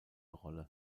rolle